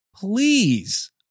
Please